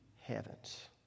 heavens